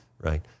right